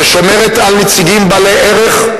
ששומרת על נציגים בעלי ערך,